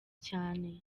cyane